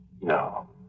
No